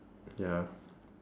ya